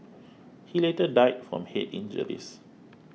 he later died from head injuries